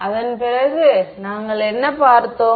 அதன் பிறகு நாங்கள் என்ன பார்த்தோம்